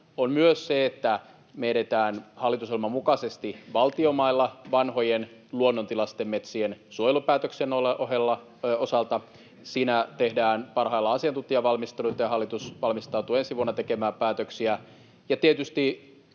on myös se, että me edetään hallitusohjelman mukaisesti valtion mailla vanhojen luonnontilaisten metsien suojelupäätöksen osalta. Siinä tehdään parhaillaan asiantuntijavalmisteluita, ja hallitus valmistautuu ensi vuonna tekemään päätöksiä.